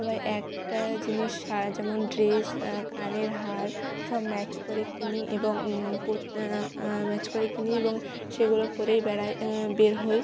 সবাই একটা জিনিস সা যেমন ড্রেস কানের হার সব ম্যাচ করে কিনি এবং পোত ম্যাচ করে কিনি এবং সেগুলো পরেই বেড়াই বের হই